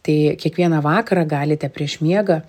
tai kiekvieną vakarą galite prieš miegą